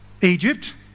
Egypt